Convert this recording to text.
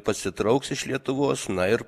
pasitrauks iš lietuvos na ir